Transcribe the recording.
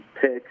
picks